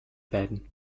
then